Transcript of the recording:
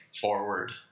forward